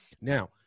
now